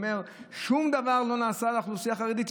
אומר ששום דבר לא נעשה לאוכלוסייה החרדית.